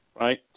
right